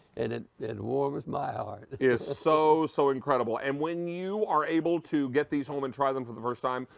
and it and warms my heart. it's so so incredible. and when you are able to get these home and try them for the first time,